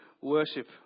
worship